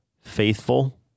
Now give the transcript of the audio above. Faithful